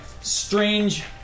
strange